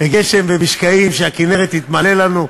וגשם ומשקעים, שהכינרת תתמלא לנו,